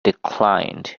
declined